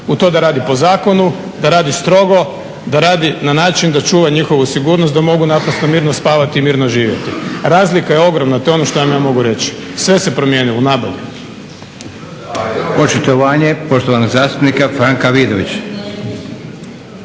u to da radi po zakonu, da radi strogo, da radi na način da čuva njihovu sigurnost da mogu naprosto mirno spavati i mirno živjeti. Razlika je ogromna, to je ono što vam ja mogu reći. Sve se promijenilo nabolje!